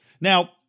Now